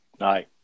Aye